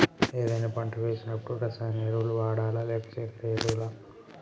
ఏదైనా పంట వేసినప్పుడు రసాయనిక ఎరువులు వాడాలా? లేక సేంద్రీయ ఎరవులా?